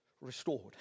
restored